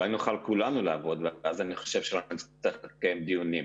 אולי נוכל כולנו לעבוד ואז אני חושב שלא נצטרך לקיים דיונים.